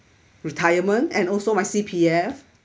retirement and also my C_P_F